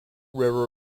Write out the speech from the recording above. river